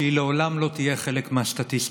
שהיא לעולם לא תהיה חלק מהסטטיסטיקה.